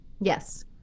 Yes